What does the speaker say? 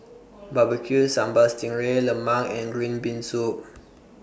Barbecued Sambal Sting Ray Lemang and Green Bean Soup